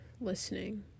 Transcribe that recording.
listening